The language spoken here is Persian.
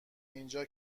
اینجا